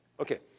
Okay